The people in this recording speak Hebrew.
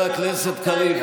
חבר הכנסת קריב.